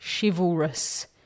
chivalrous